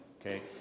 okay